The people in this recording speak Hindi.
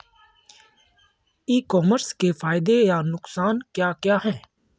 ई कॉमर्स के फायदे या नुकसान क्या क्या हैं?